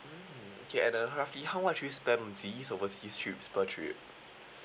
mm okay and uh roughly how much do you spend on these overseas trips per trip